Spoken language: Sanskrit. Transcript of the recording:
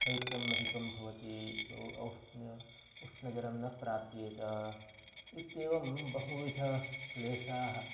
शैत्यम् अधिकं भवति औष्ण्यम् उष्णजलं न प्राप्येत इत्येवं बहुविध क्लेशाः